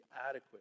adequate